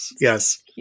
Yes